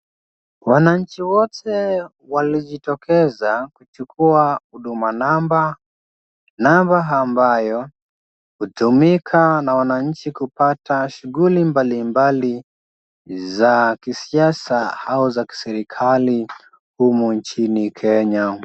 Wananchi wote walijitokeza kuchukua huduma namba, namba ambayo hutumika na wananchi kupata shughuli mbalimbali za kisiasa au za kiserikali humu nchini Kenya.